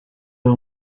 uyu